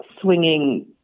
swinging